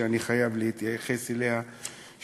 שאני חייב להתייחס אליה שוב,